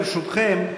ברשותכם,